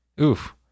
oof